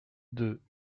deux